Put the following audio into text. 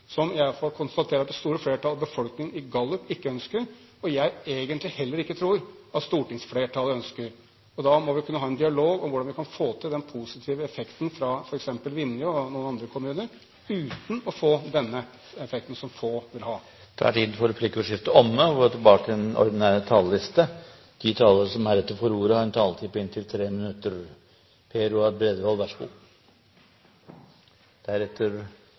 som jeg i hvert fall konstaterer at det store flertallet av befolkningen i gallup sier de ikke ønsker, og som jeg egentlig heller ikke tror at stortingsflertallet ønsker. Da må vi kunne ha en dialog om hvordan vi kan få til den positive effekten fra f.eks. Vinje, og noen andre kommuner, uten å få den negative effekten som få vil ha. Replikkordskiftet er dermed omme. De talere som heretter får ordet, har en taletid på inntil 3 minutter.